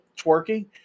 twerking